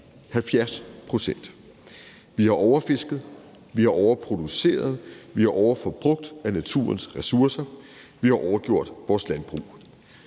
70 pct.! Vi har overfisket, vi har overproduceret, vi har overforbrugt af naturens ressourcer, vi har overgjort vores landbrug.